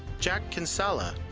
jack kinsella,